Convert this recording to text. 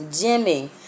Jimmy